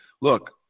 look